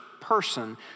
person